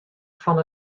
fan